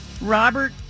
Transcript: Robert